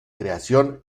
creación